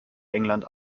england